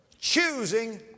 choosing